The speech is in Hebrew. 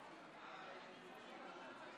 כל הכבוד לכם.